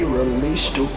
released